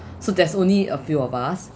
so there's only a few of us